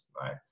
right